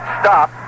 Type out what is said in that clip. stop